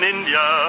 India